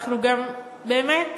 באמת,